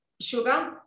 sugar